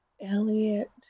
Elliot